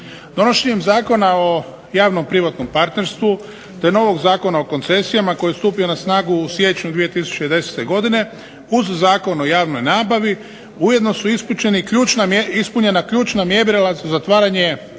Donošenjem Zakona o javno-privatnom partnerstvu te novog Zakona o koncesijama koji je stupio na snagu u siječnju 2010. godine uz Zakon o javnoj nabavi ujedno su ispunjena i ključna mjerila za zatvaranje